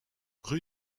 rue